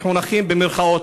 מחונכים במירכאות.